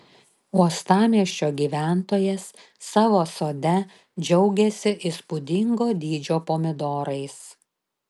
uostamiesčio gyventojas savo sode džiaugiasi įspūdingo dydžio pomidorais